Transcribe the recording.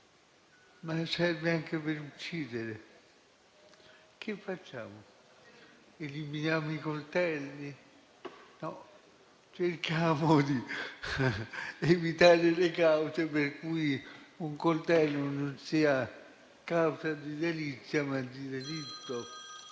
ma serve anche per uccidere. Che facciamo? Eliminiamo i coltelli? No, cerchiamo di evitare le circostanze per cui un coltello è causa non di delizia, ma di delitto: